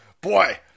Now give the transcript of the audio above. Boy